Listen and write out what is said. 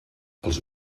els